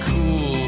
Cool